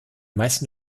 meisten